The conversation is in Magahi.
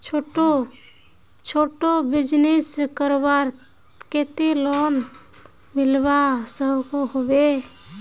छोटो बिजनेस करवार केते लोन मिलवा सकोहो होबे?